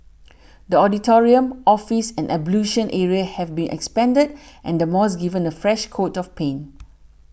the auditorium office and ablution area have been expanded and the mosque given a fresh coat of paint